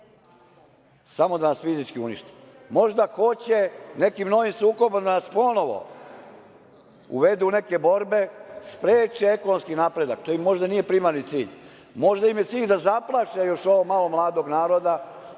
samo da nas fizički unište. Možda hoće nekim novim sukobom da nas ponovo uvedu u neke borbe, spreče ekonomski napredak. To im možda nije primarni cilj. Možda im je cilj da zaplaše još ovo malo mladog naroda,